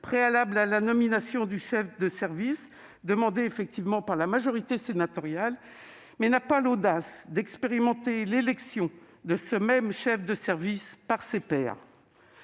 préalable à la nomination du chef de service, demandée par la majorité sénatoriale, mais elle n'a pas l'audace d'expérimenter l'élection de ce même chef de service par ses pairs.